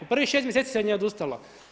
U prvih 6 mjeseci se od nje odustalo.